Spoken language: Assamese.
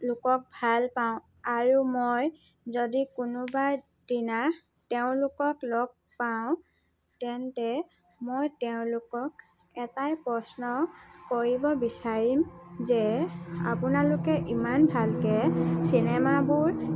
লোকক ভাল পাওঁ আৰু মই যদি কোনোবা এদিনা তেওঁলোকক লগ পাওঁ তেন্তে মই তেওঁলোকক এটাই প্ৰশ্ন কৰিব বিচাৰিম যে আপোনালোকে ইমান ভালকৈ চিনেমা বোৰ